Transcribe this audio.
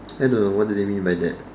I don't know what do they mean by that